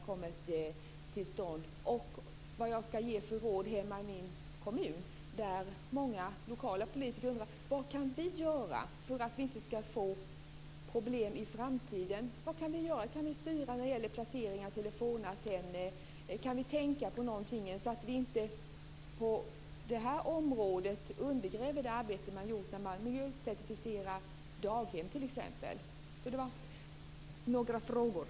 Jag vill också veta vad jag ska ge för råd i min hemkommun, där många lokala politiker undrar vad de kan göra för att inte få problem med detta i framtiden. Kan vi styra placeringen av telefonantenner, eller är det någonting annat som vi på det här området ska tänka på t.ex. för att inte undergräva arbetet med att miljöcertifiera daghem?